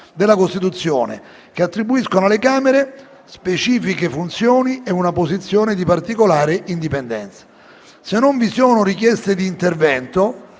della Costituzione, che attribuiscono alle Camere «specifiche funzioni e una posizione di particolare indipendenza». Se non vi sono richieste di intervento,